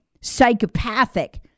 psychopathic